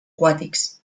aquàtics